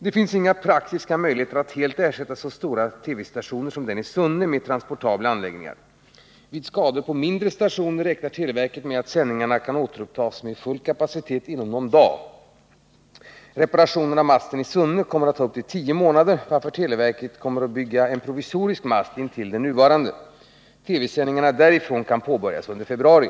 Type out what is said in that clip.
Det finns inga praktiska möjligheter att helt ersätta så stora TV-stationer som den i Sunne med transportabla anläggningar. Vid skador på mindre stationer räknar televerket med att sändningarna kan återupptas med full kapacitet inom någon dag. Reparationerna av masten i Sunne beräknas ta upp till 10 månader, varför televerket kommer att bygga en provisorisk mast intill den nuvarande. TV-sändningarna därifrån kan påbörjas under februari.